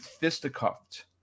fisticuffed